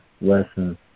lesson